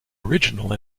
original